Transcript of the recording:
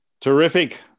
Terrific